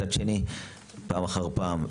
מצד שני פעם אחר פעם,